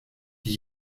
die